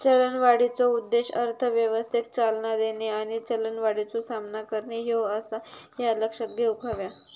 चलनवाढीचो उद्देश अर्थव्यवस्थेक चालना देणे आणि चलनवाढीचो सामना करणे ह्यो आसा, ह्या लक्षात घेऊक हव्या